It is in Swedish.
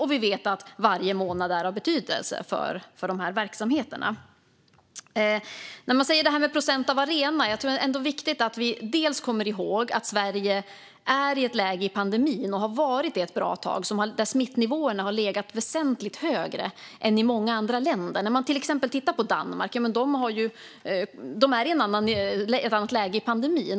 Vi vet också att varje månad är av betydelse för dessa verksamheter. När vi talar om det här med procent av en arena tror jag att det är viktigt att vi kommer ihåg att Sverige är i ett läge i pandemin, och har varit det ett bra tag, där smittnivåerna har legat väsentligt högre än i många andra länder. Danmark är till exempel i ett annat läge i pandemin.